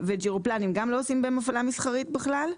ג'רופלנים גם לא עושים בהם הפעלה מסחרית בכלל,